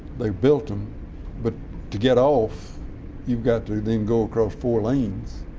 they built them but to get off you've got to then go across four lanes.